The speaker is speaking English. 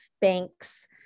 banks